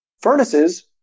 Furnaces